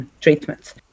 treatments